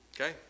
Okay